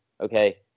Okay